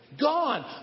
gone